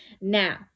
Now